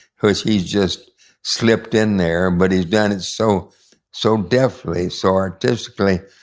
he's he's just slipped in there, but he's done it so so deftly, so artistically,